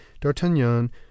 d'artagnan